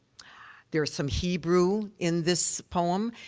there's some hebrew in this poem,